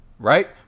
Right